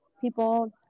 people